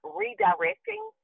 redirecting